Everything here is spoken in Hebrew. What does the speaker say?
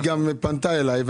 שתגיד לי, שהמדדים מראים את ההפך.